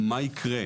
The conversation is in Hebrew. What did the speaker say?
מה יקרה?